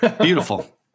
beautiful